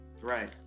Right